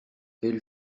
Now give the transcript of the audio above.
elle